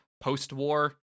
post-war